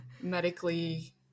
Medically